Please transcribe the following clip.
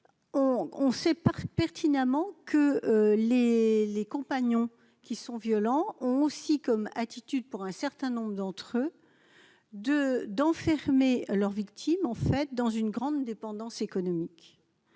on sait par pertinemment que les les compagnons qui sont violents ont aussi comme attitude pour un certain nombre d'entre eux 2 d'enfermer leurs victimes en fait dans une grande dépendance économique